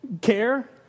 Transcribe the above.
care